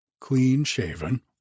clean-shaven